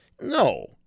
no